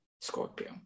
scorpio